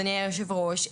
אדוני יושב הראש,